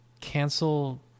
cancel